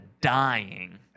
dying